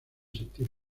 sentir